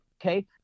Okay